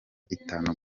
itanu